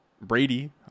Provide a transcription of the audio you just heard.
Brady